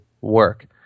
work